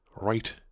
Right